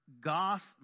gospel